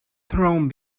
thrown